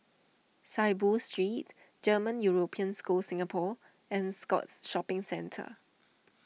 Saiboo Street German European School Singapore and Scotts Shopping Centre